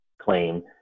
claim